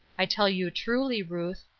i tell you truly, ruth,